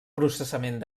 processament